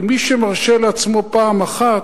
כי מי שמרשה לעצמו פעם אחת,